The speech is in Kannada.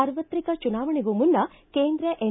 ಸಾರ್ವತ್ರಿಕ ಚುನಾವಣೆಗೂ ಮುನ್ನ ಕೇಂದ್ರ ಎನ್